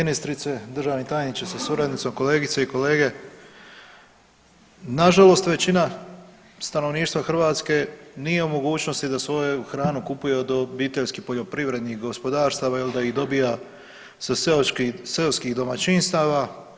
Ministrice, državni tajniče sa suradnicom, kolegice i kolege, nažalost većina stanovništava Hrvatska nije u mogućnosti da svoju hranu kupuje od obiteljskih poljoprivrednih gospodarstava jel da ih dobija sa seoskih domaćinstava.